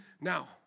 now